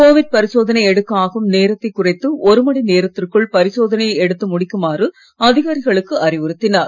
Covid பரிசோதனை எடுக்க ஆகும் நேரத்தைக் குறைத்து ஒரு மணி நேரத்திற்குள் பரிசோதனையை எடுத்து முடிக்குமாறு அதிகாரிகரிகளுக்கு அறிவுறுத்தினார்